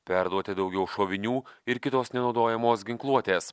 perduoti daugiau šovinių ir kitos nenaudojamos ginkluotės